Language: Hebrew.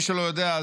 מי שלא יודע,